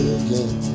again